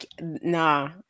Nah